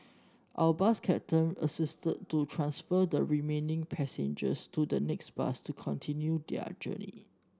our bus captain assisted to transfer the remaining passengers to the next bus to continue their journey